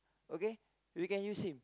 okay we can use him